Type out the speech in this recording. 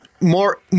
more